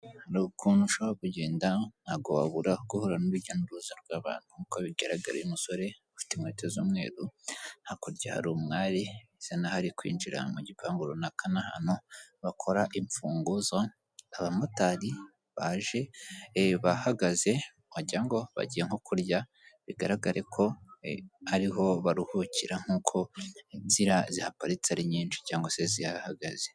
Hari ukuntu ushobora kugenda, ntabwo wabura guhura n'urujya n'uruza rw'abantu, nkuko bigaraga uyu umusore afite inkweto z'umweru, hakurya hari umwari usa nkaho ari kwinjira mu gipangu runaka n'ahantu bakora imfunguzo, abamotari baje bahagaze wagira ngo bagiye nko kurya, bigaragare ko ariho baruhukira, nkuko ziriya zihaparitse ari nyinshi cyangwa se zihahagaze.